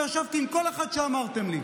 וישבתי עם כל אחד שאמרתם לי.